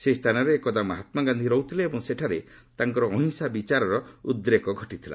ସେହି ସ୍ଥାନରେ ଏକଦା ମହାତ୍ମାଗାନ୍ଧି ରହ୍ରଥିଲେ ଏବଂ ସେଠାରେ ତାଙ୍କର ଅହିଂସା ବିଚାରର ଉଦ୍ରେକ ଘଟିଥିଲା